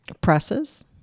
presses